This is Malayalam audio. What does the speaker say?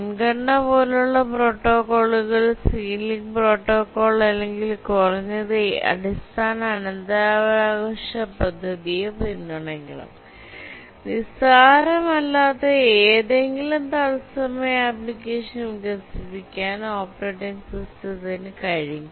മുൻഗണന പോലുള്ള പ്രോട്ടോക്കോളുകൾ സീലിംഗ് പ്രോട്ടോക്കോൾ അല്ലെങ്കിൽ കുറഞ്ഞത് അടിസ്ഥാന അനന്തരാവകാശ പദ്ധതിയെ പിന്തുണയ്ക്കണം നിസ്സാരമല്ലാത്ത ഏതെങ്കിലും തത്സമയ ആപ്ലിക്കേഷൻ വികസിപ്പിക്കാൻ ഓപ്പറേറ്റിംഗ് സിസ്റ്റത്തിന് കഴിയും